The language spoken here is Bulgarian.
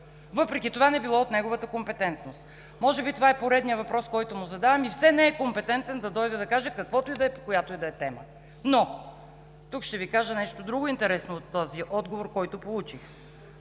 Въпреки това не било от неговата компетентност. Може би това е поредният въпрос, който му задавам, и все не е компетентен да дойде да каже каквото и да е, по която и да е тема. Тук ще Ви кажа нещо друго интересно от отговора, който получих.